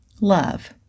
Love